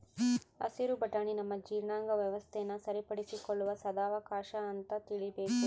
ಹಸಿರು ಬಟಾಣಿ ನಮ್ಮ ಜೀರ್ಣಾಂಗ ವ್ಯವಸ್ಥೆನ ಸರಿಪಡಿಸಿಕೊಳ್ಳುವ ಸದಾವಕಾಶ ಅಂತ ತಿಳೀಬೇಕು